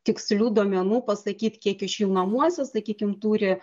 tikslių duomenų pasakyt kiek iš jų namuose sakykim turi